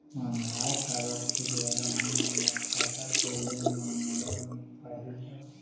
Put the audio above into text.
आधार card के द्वारा हमन ला खाता खोले म मदद मिल पाही का?